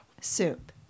soup